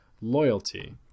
loyalty